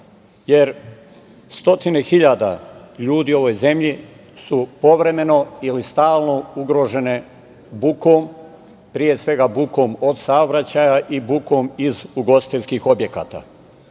Srbije. Stotine hiljada ljudi u ovoj zemlji su povremeno ili stalno ugrožene bukom, pre svega bukom od saobraćaja i bukom iz ugostiteljskih objekata.